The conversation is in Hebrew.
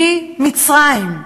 ממצרים,